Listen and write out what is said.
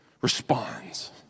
Responds